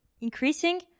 increasing